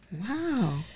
Wow